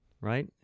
right